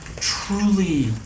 truly